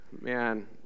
Man